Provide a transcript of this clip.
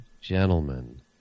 gentlemen